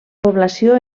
població